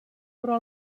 però